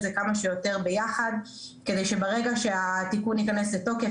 זה כמה שיותר ביחד כדי שברגע שהתיקון יכנס לתוקף,